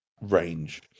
range